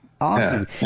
Awesome